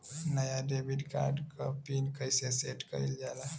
नया debit card क PIN कईसे सेट कईल जाला?